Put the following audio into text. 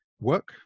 work